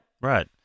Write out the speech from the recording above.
Right